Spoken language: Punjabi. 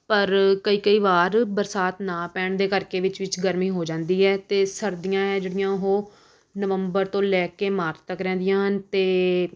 ਪਰ ਕਈ ਕਈ ਵਾਰ ਬਰਸਾਤ ਨਾ ਪੈਣ ਦੇ ਕਰਕੇ ਵਿੱਚ ਵਿੱਚ ਗਰਮੀ ਹੋ ਜਾਂਦੀ ਹੈ ਅਤੇ ਸਰਦੀਆਂ ਹੈ ਜਿਹੜੀਆਂ ਉਹ ਨਵੰਬਰ ਤੋਂ ਲੈ ਕੇ ਮਾਰਚ ਤੱਕ ਰਹਿੰਦੀਆਂ ਹਨ ਅਤੇ